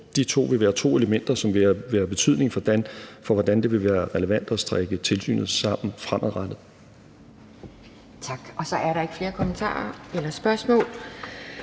jeg tror, at de to elementer vil have betydning for, hvordan det vil være relevant at strikke tilsynet sammen fremadrettet.